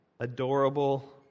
Adorable